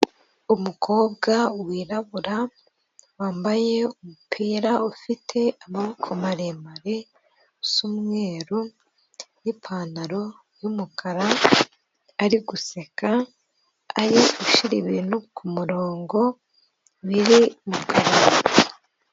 Umukobwa wirabura wambaye umupira ufite amaboko maremare asa umweru n'ipantaro y'umukara, ari guseka ari gushyira ibintu ku murongo biri mu kanwa.